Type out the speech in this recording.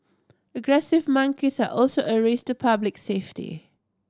aggressive monkeys are also a risk to public safety